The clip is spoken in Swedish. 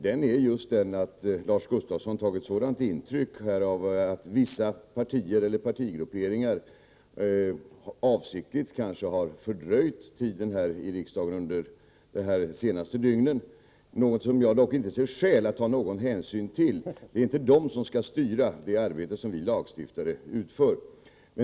Den ena förklaringen är att Lars Gustafsson har tagit ett sådant intryck av att vissa partier eller partigrupperingar, kanske avsiktligt, har fördröjt tiden här i riksdagen under de senaste dygnen. Jag finner dock inte skäl att ta hänsyn till det. Det är inte de som skall styra det arbete som vi lagstiftare utför.